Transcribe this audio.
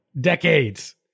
decades